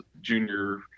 junior